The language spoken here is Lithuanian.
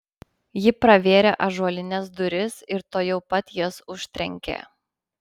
ji pravėrė ąžuolines duris ir tuojau pat jas užtrenkė